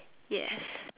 yes